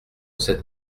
cette